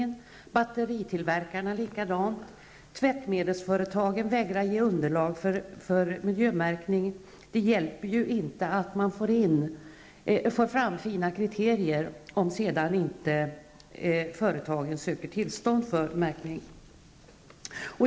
Detsamma gäller även batteritillverkarna.Tvättmedelsföretagen vägrar att ge underlag för miljömärkning. Det hjälper inte att man får fram fina kriterier, om företagen sedan inte söker tillstånd för märkning.